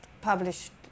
published